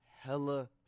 hella